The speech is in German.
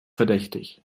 verdächtig